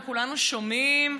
וכולנו שומעים,